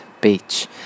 beach